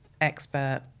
expert